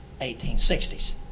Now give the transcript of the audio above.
1860s